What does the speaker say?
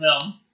film